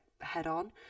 head-on